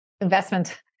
investment